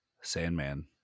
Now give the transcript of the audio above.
Sandman